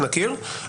שנכיר,